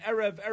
Erev